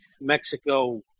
Mexico –